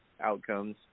outcomes